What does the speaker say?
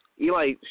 Eli